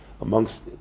amongst